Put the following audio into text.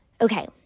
Okay